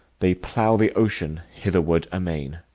they plough the ocean hitherward amain.